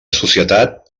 societat